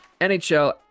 NHL